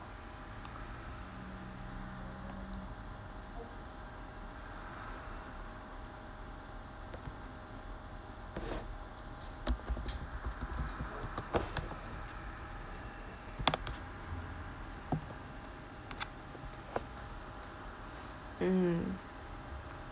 mm